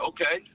Okay